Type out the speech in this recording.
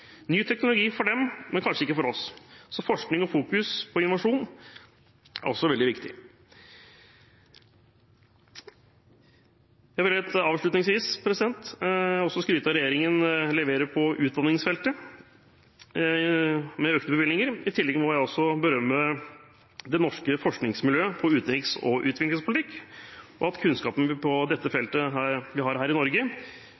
ny teknologi for dem, men kanskje ikke for oss. Forskning og fokus på innovasjon er også veldig viktig. Jeg vil helt avslutningsvis også skryte av at regjeringen leverer på utdanningsfeltet med økte bevilgninger. I tillegg må jeg også berømme det norske forskningsmiljøet på utenriks- og utviklingspolitikk. Kunnskapen vi har på dette